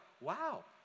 Wow